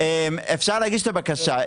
אפשר להגיש את הבקשה,